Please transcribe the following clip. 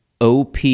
OP